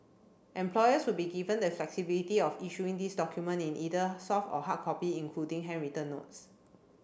employers will be given the flexibility of issuing these document in either soft or hard copy including handwritten notes